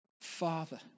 Father